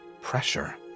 pressure